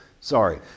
Sorry